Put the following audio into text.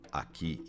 aqui